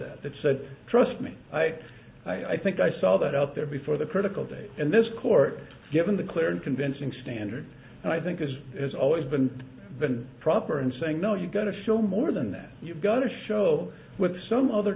that that said trust me i i think i saw that out there before the critical day and this court given the clear and convincing standard and i think is has always been been proper in saying no you've got to show more than that you've got to show with some other